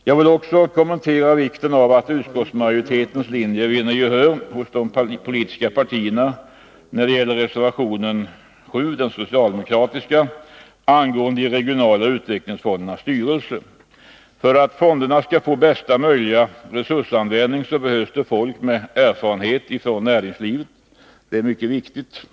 Jag vill också kommentera vikten av att utskottsmajoritetens linje vinner gehör hos de politiska partierna när det gäller den socialdemokratiska reservationen 7 angående de regionala utvecklingsfondernas styrelser. För att fonderna skall få bästa möjliga resursanvändning behövs det folk med erfarenhet från näringslivet. Det är mycket viktigt.